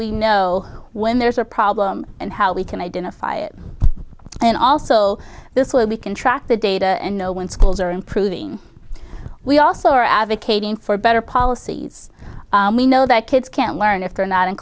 we know when there's a problem and how we can identify it and also this way we can track the data and know when schools are improving we also are advocating for better policies we know that kids can learn if they're not in